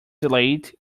delayed